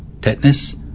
tetanus